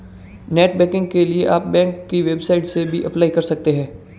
net banking के लिए आप बैंक की वेबसाइट से भी अप्लाई कर सकते है